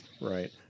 Right